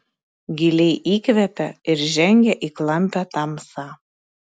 giliai įkvepia ir žengia į klampią tamsą